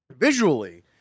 visually